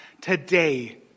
today